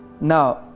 Now